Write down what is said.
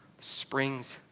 springs